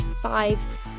five